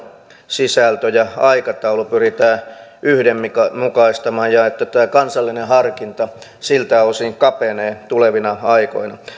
sisältö ja aikataulu pyritään yhdenmukaistamaan ja että tämä kansallinen harkinta siltä osin kapenee tulevina aikoina